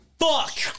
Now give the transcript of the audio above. fuck